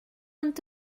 ond